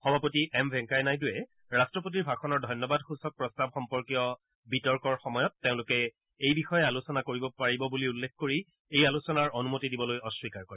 সভাপতি এম ভেংকায়া নাইডুৱে ৰাট্টপতিৰ ভাষণৰ ধন্যবাদসূচক প্ৰস্তাৱ সম্পৰ্কীয় বিতৰ্কৰ সময়ত তেওঁলোকে এই বিষয়ে আলোচনা কৰিব পাৰিব বুলি উল্লেখ কৰি এই আলোচনাৰ অনুমতি দিবলৈ অস্নীকাৰ কৰে